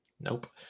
Nope